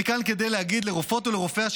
"אני כאן כדי להגיד לרופאות ולרופאי